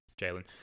Jalen